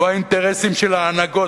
לו האינטרסים של ההנהגות,